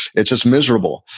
it's just miserable,